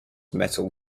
metal